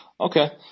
Okay